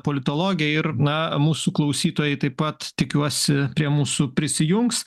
politologė ir na mūsų klausytojai taip pat tikiuosi prie mūsų prisijungs